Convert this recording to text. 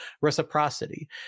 reciprocity